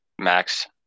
Max